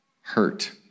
hurt